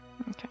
Okay